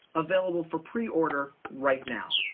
available for preorder right now.